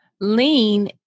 lean